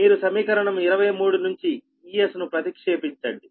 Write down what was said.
మీరు సమీకరణం 23 నుంచి Es ను ప్రతిక్షేపించండి